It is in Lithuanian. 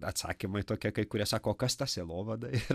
atsakymai tokie kai kurie sako o kas ta sielovada yra